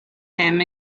hymn